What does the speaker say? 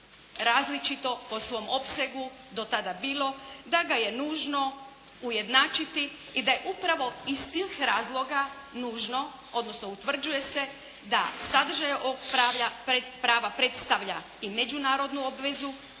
različito po svom opsegu do tada bilo da ga je nužno ujednačiti i da je upravo iz tih razloga nužno, odnosno utvrđuje se da sadržaj ovog prava predstavlja i međunarodnu obvezu